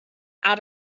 out